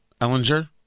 Ellinger